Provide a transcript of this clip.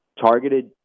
Targeted